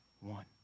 one